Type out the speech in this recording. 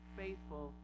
faithful